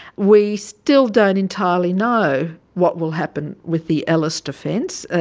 we still don't entirely know what will happen with the ellis defence,